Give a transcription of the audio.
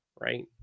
right